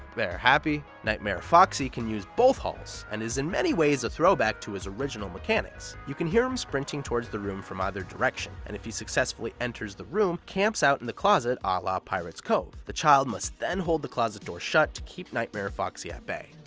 there, happy? nightmare foxy can use both halls and is in many ways a throwback to his original mechanics. you can hear him sprinting towards the room from either direction, and, if he successfully enters the room, camps out in the closet a ah la pirate's cove. the child must then hold the closet door shut to keep foxy at bay.